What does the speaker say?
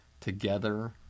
Together